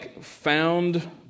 found